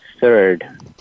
third